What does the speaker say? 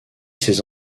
ses